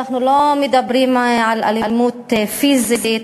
אנחנו לא מדברים על אלימות פיזית,